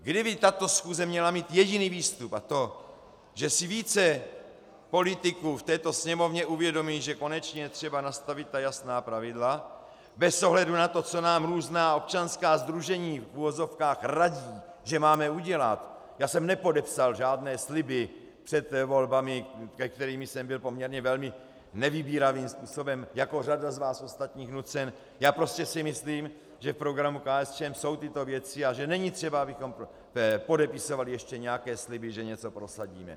Kdyby tato schůze měla mít jediný výstup, a to že si více politiků v této Sněmovně uvědomí, že konečně je třeba nastavit jasná pravidla bez ohledu na to, co nám různá občanská sdružení v uvozovkách radí, že máme udělat já jsem nepodepsal žádné sliby před volbami, ke kterým jsem byl poměrně nevybíravým způsobem, jako řada z vás ostatních, nucen, já si prostě myslím, že v programu KSČM jsou tyto věci a že není třeba, abychom podepisovali ještě nějaké sliby, že něco prosadíme.